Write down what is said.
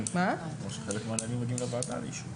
כמו שחלק מהנהלים מגיעים לוועדה לאישור.